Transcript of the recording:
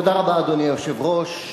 אדוני היושב-ראש,